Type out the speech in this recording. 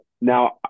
Now